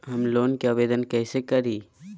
Home loan के आवेदन कैसे करि?